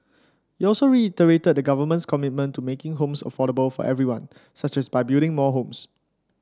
he also reiterated the government's commitment to making homes affordable for everyone such as by building more homes